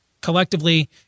collectively